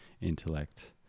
intellect